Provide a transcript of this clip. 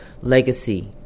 legacy